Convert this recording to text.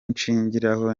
nshingiraho